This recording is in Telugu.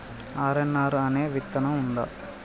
ఆర్.ఎన్.ఆర్ అనే విత్తనం ఉందా?